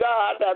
God